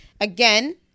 Again